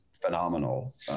phenomenal